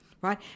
right